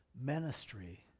ministry